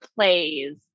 plays